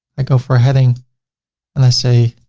i go for a heading and i say,